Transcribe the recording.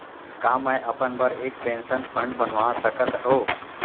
का मैं अपन बर एक पेंशन फण्ड बनवा सकत हो?